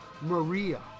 Maria